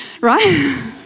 right